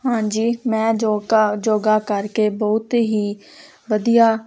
ਹਾਂਜੀ ਮੈਂ ਯੋਕਾ ਯੋਗਾ ਕਰਕੇ ਬਹੁਤ ਹੀ ਵਧੀਆ